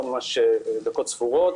אני אדבר ממש דקות ספורות.